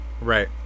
Right